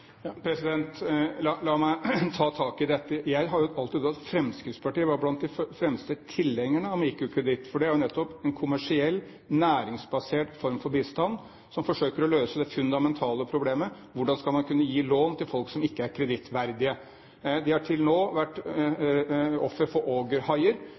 dette. Jeg har alltid trodd at Fremskrittspartiet var blant de fremste tilhengerne av mikrokreditt, for det er jo nettopp en kommersiell, næringsbasert form for bistand som forsøker å løse det fundamentale problemet: Hvordan skal man kunne gi lån til folk som ikke er kredittverdige? De har til nå vært